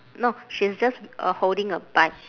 no she's just uh holding a bike